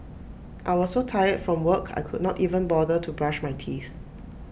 I was so tired from work I could not even bother to brush my teeth